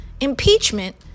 Impeachment